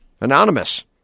Anonymous